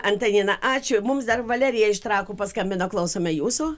antanina ačiū mums dar valerija iš trakų paskambino klausome jūsų